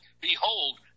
behold